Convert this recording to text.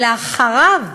ולאחריו,